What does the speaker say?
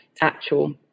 actual